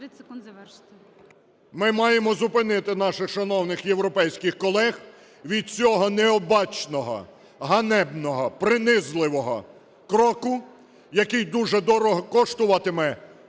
Ми маємо зупинити наших шановних європейських колег від цього необачного, ганебного, принизливого кроку, який дуже дорого коштуватиме